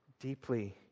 deeply